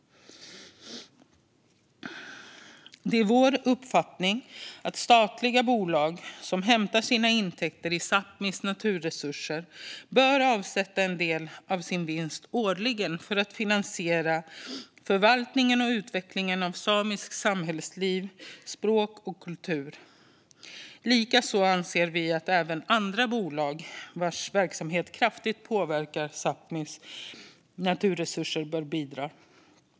Det är vår uppfattning att statliga bolag som hämtar sina intäkter från Sápmis naturresurser årligen bör avsätta en del av sin vinst för att finansiera förvaltningen och utvecklingen av samiskt samhällsliv, språk och kultur. Likaså anser vi att även andra bolag vars verksamheter kraftigt påverkar Sápmis naturresurser bör bidra.